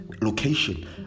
Location